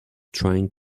trying